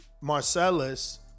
Marcellus